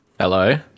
Hello